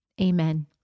Amen